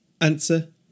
Answer